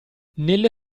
nelle